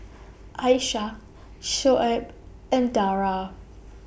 Aisyah Shoaib and Dara